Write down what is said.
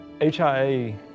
HIA